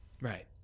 Right